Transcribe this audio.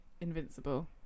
invincible